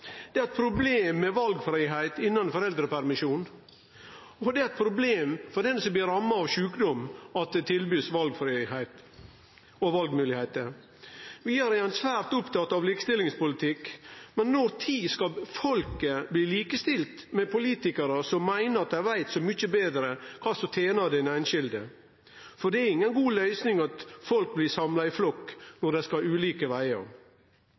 Det er eit problem med valfridom innan foreldrepermisjonen, og det er eit problem for den som blir ramma av sjukdom at det er valmoglegheiter. Vidare er ein svært opptatt av likestillingspolitikk. Men når skal folket bli likestilt med politikarar som meiner at dei veit så mykje betre kva som tener den einskilde? Det er inga god løysing at folk blir samla i flokk når dei skal ulike vegar.